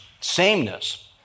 sameness